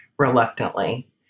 reluctantly